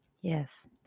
Yes